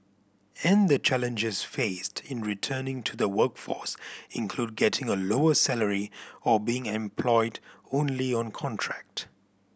and the challenges faced in returning to the workforce include getting a lower salary or being employed only on contract